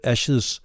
Ashes